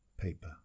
paper